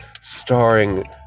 starring